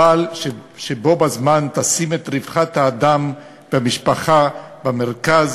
אבל בו בזמן תשים את רווחת האדם והמשפחה במרכז,